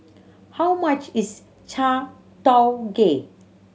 how much is